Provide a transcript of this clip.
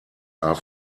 are